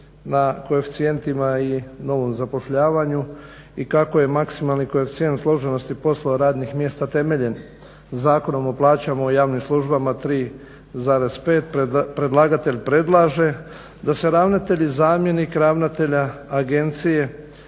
na koeficijentima i novom zapošljavanju i kako je maksimalni koeficijent složenosti poslova radnih mjesta temeljen Zakonom o plaćama u javnim službama 3,5 predlagatelj predlaže da se ravnatelj i zamjenik ravnatelja agencije